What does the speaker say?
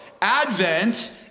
Advent